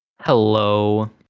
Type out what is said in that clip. Hello